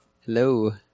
Hello